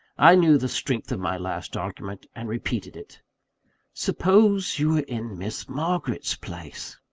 i knew the strength of my last argument, and repeated it suppose you were in miss margaret's place?